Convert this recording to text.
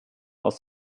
aus